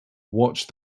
watch